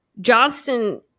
Johnston